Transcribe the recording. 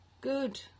Good